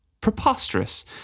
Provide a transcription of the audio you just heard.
Preposterous